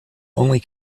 only